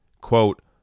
Quote